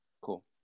Cool